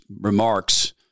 remarks